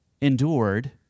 endured